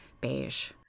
beige